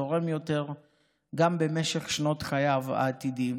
שתורם יותר גם במשך שנות חייו בעתיד.